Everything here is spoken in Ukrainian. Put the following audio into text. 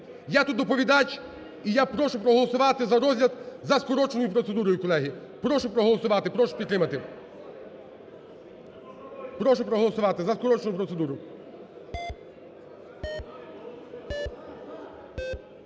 Я тут доповідач і я прошу проголосувати за розгляд за скороченою процедурою, колеги. Прошу проголосувати, прошу підтримати, прошу проголосувати за скорочену процедуру.